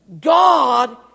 God